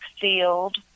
Field